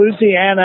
Louisiana